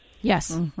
Yes